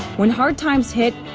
when hard times hit.